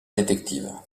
détective